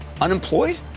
unemployed